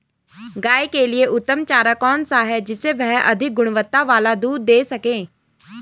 गाय के लिए उत्तम चारा कौन सा है जिससे वह अधिक गुणवत्ता वाला दूध दें सके?